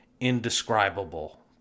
indescribable